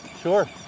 Sure